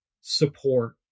support